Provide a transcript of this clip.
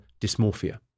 dysmorphia